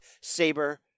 Saber